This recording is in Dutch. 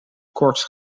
koorts